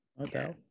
Okay